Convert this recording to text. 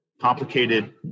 complicated